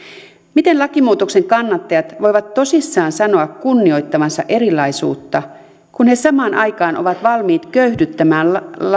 miten lakimuutoksen kannattajat voivat tosissaan sanoa kunnioittavansa erilaisuutta kun he samaan aikaan ovat valmiit köyhdyttämään